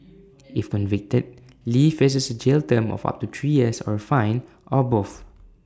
if convicted lee faces A jail term of up to three years or A fine or both